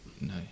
no